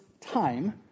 time